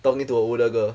talking to a older girl